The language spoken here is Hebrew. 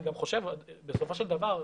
אני גם חושב שבסופו של דבר,